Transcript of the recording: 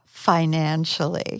financially